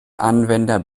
anwender